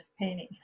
painting